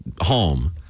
home